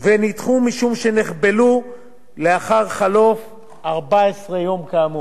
ונדחו משום שנחבלו לאחר חלוף 14 יום כאמור.